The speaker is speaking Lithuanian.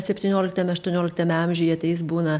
septynioliktame aštuonioliktame amžiuje tai jis būna